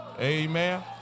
Amen